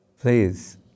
Please